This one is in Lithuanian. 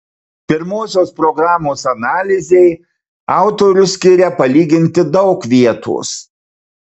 pirmosios programos analizei autorius skiria palyginti daug vietos